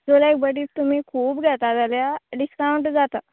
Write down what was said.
so like but if तुमी खूब घेता जाल्यार डिस्कावंट जाता